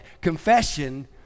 confession